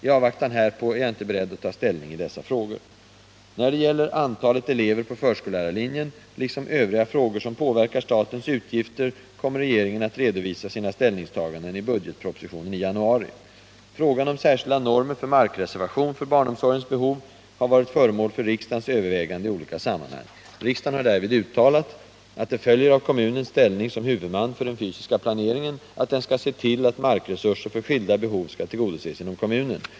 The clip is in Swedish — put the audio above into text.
I avvaktan härpå är jag inte beredd att ta ställning i dessa frågor. När det gäller antalet elever på förskollärarlinjen liksom övriga frågor som påverkar statens utgifter kommer regeringen att redovisa sina ställningstaganden i budgetpropositionen i januari. Frågan om särskilda normer för markreservation för barnomsorgens behov har varit föremål för riksdagens övervägande i olika sammanhang. Riksdagen har därvid uttalat att det följer av kommunens ställning som huvudman för den fysiska planeringen att den skall se till att markresurser för skilda behov skall tillgodoses inom kommunen.